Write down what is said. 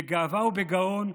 בגאווה ובגאון,